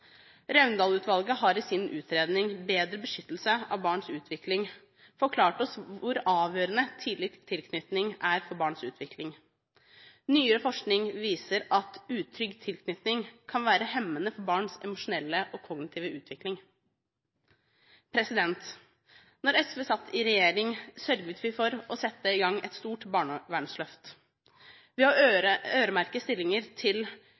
Raundalen-utvalget har i sin utredning «Bedre beskyttelse av barns utvikling» forklart oss hvor avgjørende tidlig tilknytning er for barns utvikling. Nyere forskning viser at utrygg tilknytning kan være hemmende for barns emosjonelle og kognitive utvikling. Da SV satt i regjering, sørget vi for å sette i gang et stort barnevernsløft. Ved å øremerke stillinger til